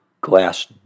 glass